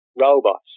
robots